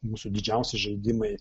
mūsų didžiausi žaidimai